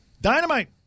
Dynamite